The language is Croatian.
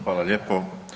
Hvala lijepo.